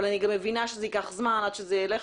אבל אני מבינה שייקח זמן עד שזה ילך,